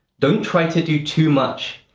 don't try to do too much.